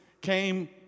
came